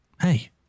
Hey